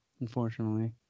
unfortunately